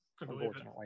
unfortunately